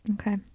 okay